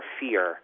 fear